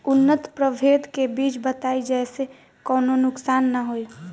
उन्नत प्रभेद के बीज बताई जेसे कौनो नुकसान न होखे?